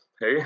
hey